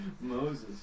Moses